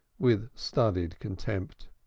with studied contempt.